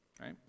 right